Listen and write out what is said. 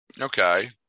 Okay